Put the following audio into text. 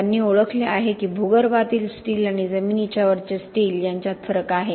त्यांनी ओळखले आहे की भूगर्भातील स्टील आणि जमिनीच्या वरचे स्टील यांच्यात फरक आहे